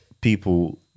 people